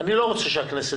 אני לא רוצה שהכנסת